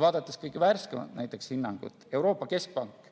Vaatame kõige värskemat hinnangut. Euroopa Keskpank